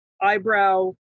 eyebrow